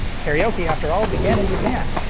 karaoke, after all, began in japan.